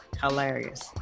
Hilarious